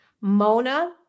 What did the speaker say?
Mona